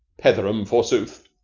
petheram, forsooth.